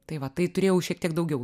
tai va tai turėjau šiek tiek daugiau